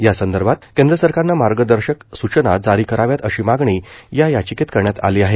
यासंदर्भात केंद्र सरकारनं मार्गदर्शक सूचना जारी कराव्यात अशी मागणी या याचिकेत करण्यात आली आहे